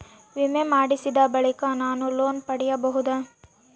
ವಿಮೆ ಮಾಡಿಸಿದ ಬಳಿಕ ನಾನು ಲೋನ್ ಪಡೆಯಬಹುದಾ?